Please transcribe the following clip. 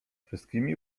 wszystkimi